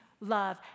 love